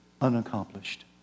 unaccomplished